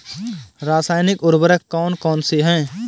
रासायनिक उर्वरक कौन कौनसे हैं?